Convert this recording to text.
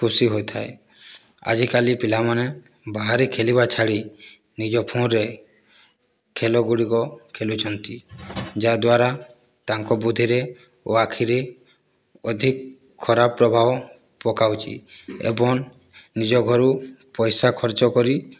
ଖୁସି ହୋଇଥାଏ ଆଜିକାଲି ପିଲାମାନେ ବାହାରେ ଖେଳିବା ଛାଡ଼ି ନିଜ ଫୋନ୍ରେ ଖେଳଗୁଡ଼ିକ ଖେଳୁଛନ୍ତି ଯାହା ଦ୍ୱାରା ତାଙ୍କ ବୁଦ୍ଧିରେ ଓ ଆଖିରେ ଅଧିକ ଖରାପ ପ୍ରଭାବ ପକାଉଛି ଏବଂ ନିଜ ଘରୁ ପଇସା ଖର୍ଚ୍ଚ କରି